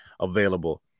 available